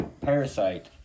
Parasite